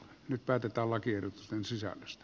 nyt päätetään lakiehdotusten sisällöstä